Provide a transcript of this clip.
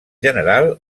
general